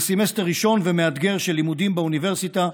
בסמסטר ראשון ומאתגר של לימודים באוניברסיטה,